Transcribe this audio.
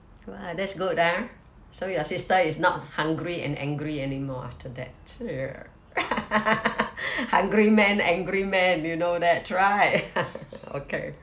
!wah! that's good ah so you sister is not hungry and angry anymore after that hungry man angry man you know that right okay